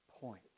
point